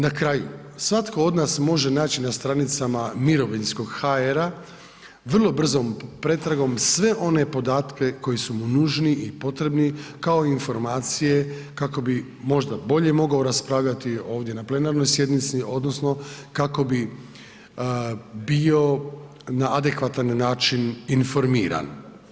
Na kraju, svatko od nas može naći na stranicama mirovinskog.hr vrlo brzom pretragom sve one podatke koji su mu nužni i potrebni kao i informacije kako bi možda bolje mogao raspravljati ovdje na plenarnoj sjednici odnosno kako bi bio na adekvatan način informiran.